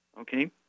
okay